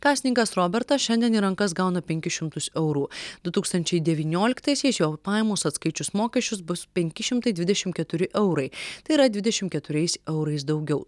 kasininkas robertas šiandien į rankas gauna penkis šimtus eurų du tūkstančiai devynioliktaisiais jo pajamos atskaičius mokesčius bus penki šimtai dvidešim keturi eurai tai yra dvidešim keturiais eurais daugiau